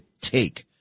take